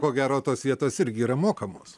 ko gero tos vietos irgi yra mokamos